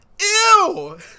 ew